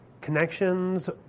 connections